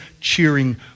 cheering